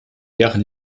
deren